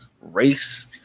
race